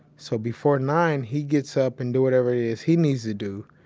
so before nine, he gets up and do whatever it is he needs to do.